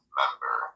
member